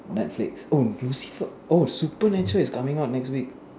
netflix oh Lucifer oh supernatural is coming out next week